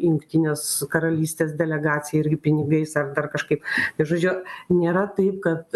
jungtinės karalystės delegacija irgi pinigais ar dar kažkaip tai žodžiu nėra taip kad